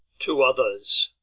to others,